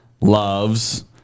loves